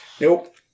Nope